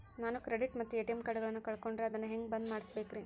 ನಾನು ಕ್ರೆಡಿಟ್ ಮತ್ತ ಎ.ಟಿ.ಎಂ ಕಾರ್ಡಗಳನ್ನು ಕಳಕೊಂಡರೆ ಅದನ್ನು ಹೆಂಗೆ ಬಂದ್ ಮಾಡಿಸಬೇಕ್ರಿ?